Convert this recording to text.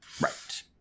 right